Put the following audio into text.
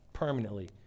permanently